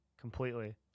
completely